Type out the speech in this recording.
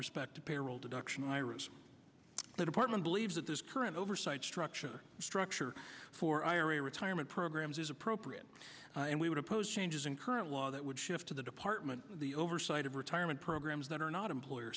respect to payroll deduction and iras the department believes that this current oversight structure structure for ira retirement programs is appropriate and we would oppose changes in current law that would shift to the department the oversight of retirement programs that are not employer